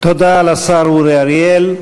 תודה לשר אורי אריאל.